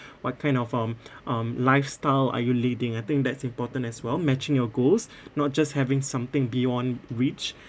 what kind of um um lifestyle are you leading I think that's important as well matching your goals not just having something beyond reach